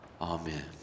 Amen